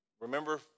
Remember